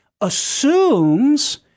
assumes